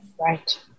right